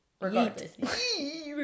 Regardless